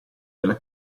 della